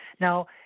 Now